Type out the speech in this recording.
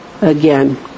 again